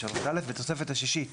(10)בתוספת השישית